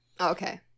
Okay